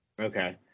Okay